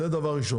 זה דבר ראשון.